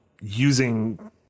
using